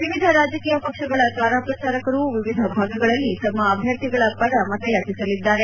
ವಿವಿಧ ರಾಜಕೀಯ ಪಕ್ಷಗಳ ತಾರಾ ಪ್ರಚಾರಕರು ವಿವಿಧ ಭಾಗಗಳಲ್ಲಿ ತಮ್ಮ ಅಭ್ಯರ್ಥಿಗಳ ಪರ ಮತಯಾಚಿಸಲಿದ್ದಾರೆ